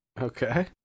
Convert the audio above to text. Okay